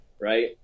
right